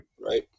Right